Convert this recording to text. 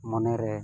ᱢᱚᱱᱮᱨᱮ